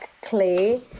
Clay